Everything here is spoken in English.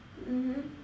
mmhmm